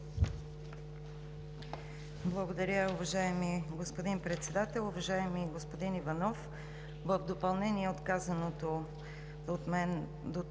Благодаря, уважаеми господин Председател. Уважаеми господин Иванов, в допълнение на казаното от мен дотук,